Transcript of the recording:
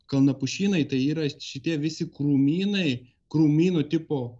kalnapušynai tai yra šitie visi krūmynai krūmynų tipo